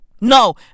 No